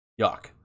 yuck